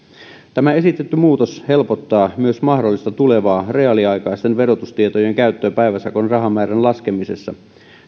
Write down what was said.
tämä esitetty muutos helpottaa myös mahdollista tulevaa reaaliaikaisten verotustietojen käyttöä päiväsakon rahamäärän laskemisessa